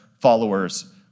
followers